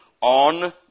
on